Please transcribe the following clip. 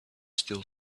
still